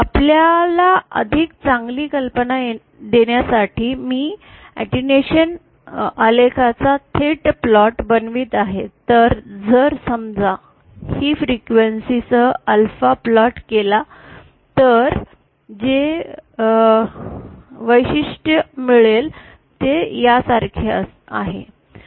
आपल्याला अधिक चांगली कल्पना देण्यासाठी मी अटेन्यूएशन आलेखाचा थेट प्लॉट बनवीत आहे तर जर समजा मी वारंवारते सह अल्फा प्लॉट केले तर मला जे वैशिष्ट्य मिळेल ते यासारखे आहे